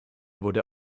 wurde